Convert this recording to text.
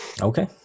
Okay